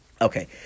Okay